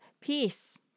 peace